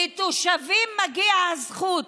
לתושבים מגיעה הזכות.